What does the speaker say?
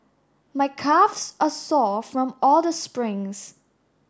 my calves are sore from all the springs